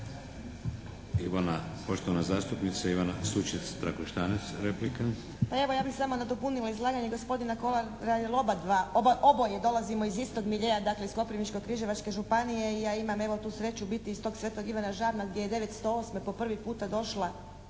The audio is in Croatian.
Ivana Sučec-Trakoštanec, replika. **Sučec-Trakoštanec, Ivana (HDZ)** Pa evo ja bih samo nadopunila izlaganje gospodina Kolara, oboje dolazimo iz istog miljea, dakle iz Koprivničko-križevačke županije i ja imam evo tu sreću biti iz tog Svetog Ivana Žabna gdje je 908. po prvi puta došlo